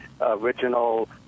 original